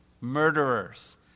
murderers